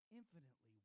infinitely